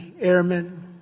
Airmen